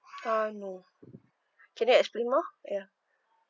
ah no can you explain more ya